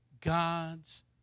God's